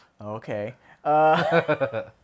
Okay